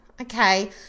okay